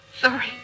Sorry